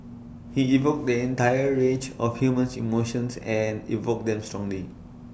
he evoked the entire range of humans emotions and evoked them strongly